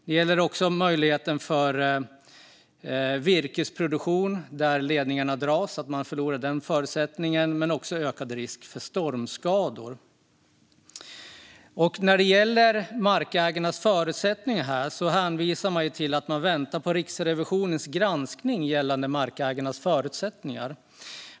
Man förlorar möjligheten till virkesproduktion där ledningarna dras, och det blir en ökad risk för stormskador. När det gäller markägarnas förutsättningar hänvisar man till att man väntar på Riksrevisionens granskning.